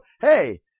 Hey